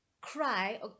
cry